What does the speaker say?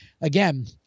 again